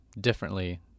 differently